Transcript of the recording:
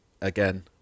again